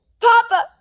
Papa